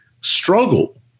struggle